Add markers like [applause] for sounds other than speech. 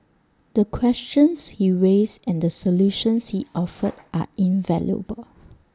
the questions he raised and the solutions he [noise] offered are invaluable